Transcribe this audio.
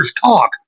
talk